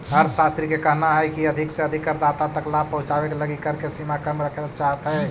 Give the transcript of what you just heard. अर्थशास्त्रि के कहना हई की अधिक से अधिक करदाता तक लाभ पहुंचावे के लगी कर के सीमा कम रखेला चाहत हई